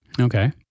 Okay